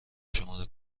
شماره